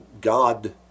God